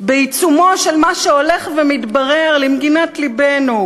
בעיצומו של מה שהולך ומתברר למגינת לבנו